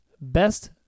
Best